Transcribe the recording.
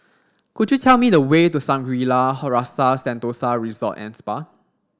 could you tell me the way to Shangri La Rasa Sentosa Resort and Spa